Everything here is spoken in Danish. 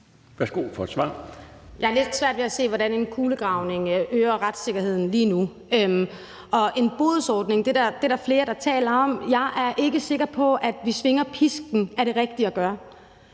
Jeg har lidt svært at se, hvordan en kulegravning øger retssikkerheden lige nu, og det med en bodsordning er der flere, der taler om, men jeg er ikke sikker på, at det at svinge pisken er det rigtige at gøre.